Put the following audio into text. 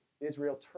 Israel